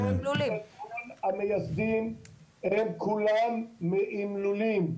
המייסדים הם כולם עם לולים.